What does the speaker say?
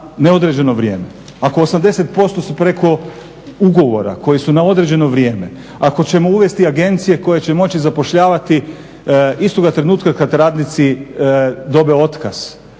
neodređeno vrijeme. Ako 80% su preko ugovora koji su na određeno vrijeme, ako ćemo uvesti agencije koje će moći zapošljavati istoga trenutka kad radnici dobiju otkaz.